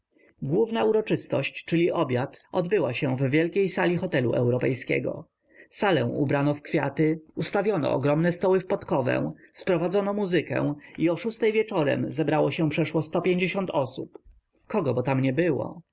główna uroczystość czyli obiad odbyła się w wielkiej sali hotelu europejskiego salę ubrano w kwiaty ustawiono ogromne stoły w podkowę sprowadzono muzykę i o szóstej wieczorem zebrało się przeszło sto pięćdziesiąt osób kogo bo tam nie było